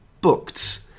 booked